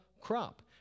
crop